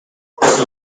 the